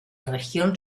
región